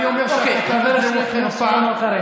למה אתם מתנגדים לחוק המטרו?